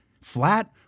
flat